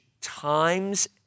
times